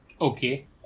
Okay